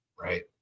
right